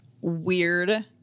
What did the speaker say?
weird